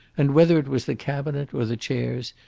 and whether it was the cabinet or the chairs,